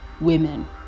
women